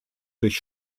durch